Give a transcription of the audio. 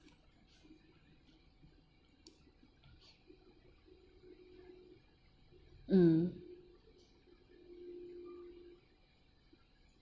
mm